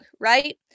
right